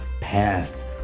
past